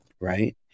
right